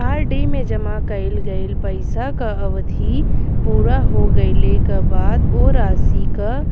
RD में जमा कइल गइल पइसा क अवधि पूरा हो गइले क बाद वो राशि क